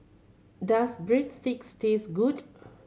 does Breadsticks taste good